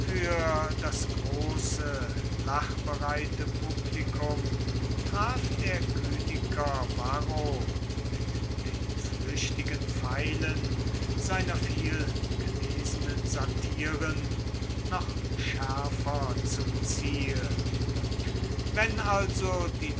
das große lachbereite publikum traf der kyniker varro mit den flüchtigen pfeilen seiner vielgelesenen satiren noch schärfer zum ziel wenn also die